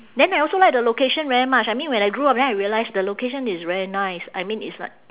then I also like the location very much I mean when I grow up then I realise the location is very nice I mean it's like